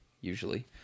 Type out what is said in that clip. Usually